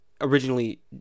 originally